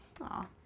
Aw